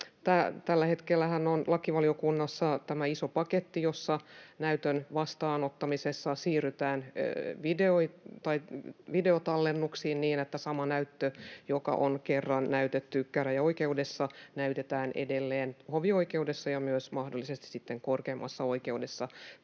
tällä hetkellähän on lakivaliokunnassa tämä iso paketti, jossa näytön vastaanottamisessa siirrytään videotallennuksiin niin, että sama näyttö, joka on kerran näytetty käräjäoikeudessa, näytetään edelleen hovioikeudessa ja myös mahdollisesti sitten korkeimmassa oikeudessa. Tämä